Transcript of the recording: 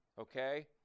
okay